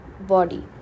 body